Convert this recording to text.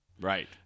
Right